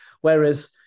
Whereas